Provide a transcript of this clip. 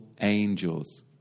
angels